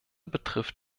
betrifft